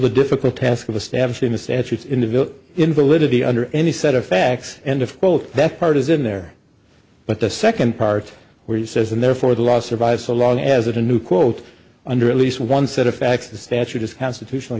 the difficult task of establishing the statutes in the village in validity under any set of facts and of quote that part is in there but the second part where he says and therefore the law survived so long as it a new quote under at least one set of facts the statute is constitutionally